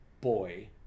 boy